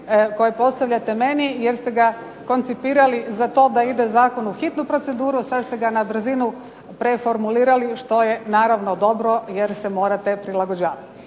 ste postavili meni jer ste ga koncipirali za to da Zakon ide u hitnu proceduru, sada ste ga na brzinu preformulirali što je naravno dobro jer se morate prilagođavati.